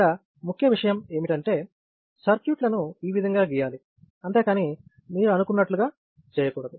ఇక్కడ ముఖ్యమైన విషయం ఏమిటంటే సర్క్యూట్లను ఈ విధంగా గీయాలి అంతేకానీ మీరు అనుకున్నట్లుగా చేయకూడదు